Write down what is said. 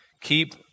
Keep